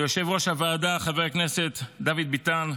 ליושב-ראש הוועדה חבר הכנסת דוד ביטן.